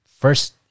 First